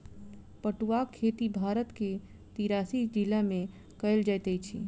पटुआक खेती भारत के तिरासी जिला में कयल जाइत अछि